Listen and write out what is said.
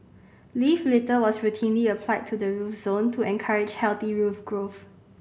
leaf litter was routinely applied to the root zone to encourage healthy root growth